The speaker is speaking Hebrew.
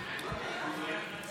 החוק הבא יבוא אחריו.